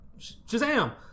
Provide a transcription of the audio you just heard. Shazam